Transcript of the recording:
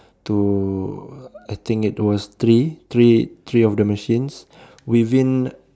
to I think it was three three three of the machines within